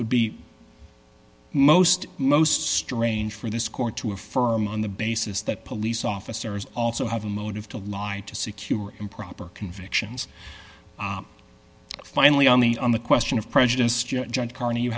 would be most most strange for this court to affirm on the basis that police officers also have a motive to lie to secure improper convictions finally on the on the question of prejudice john carney you